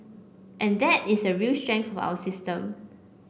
and that is a real strength of our system